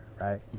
right